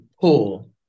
pull